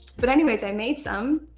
but anyways, i made some.